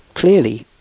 clearly,